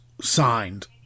signed